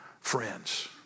friends